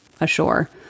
ashore